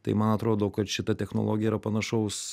tai man atrodo kad šita technologija yra panašaus